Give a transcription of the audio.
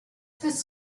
this